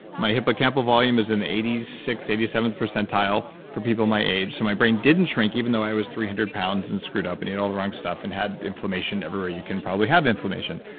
my hippocampal volume is in the eighty sixth, eighty seventh percentile for people my age, so my brain didn't shrink even though i was three hundred pounds and screwed up and ate all the wrong stuff and had inflammation everywhere you can probably have inflammation.